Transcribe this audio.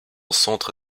centre